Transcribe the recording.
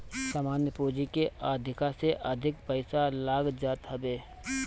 सामान्य पूंजी के अधिका से अधिक पईसा लाग जात हवे